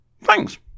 thanks